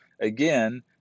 again